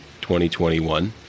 2021